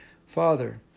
Father